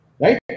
right